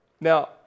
Now